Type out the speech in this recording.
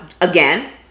again